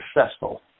successful